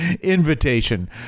invitation